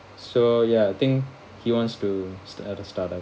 so ya I think he wants to start a start up